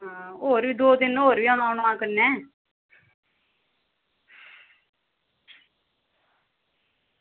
होर बी दो तिन होर बी औना कन्नै